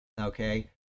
Okay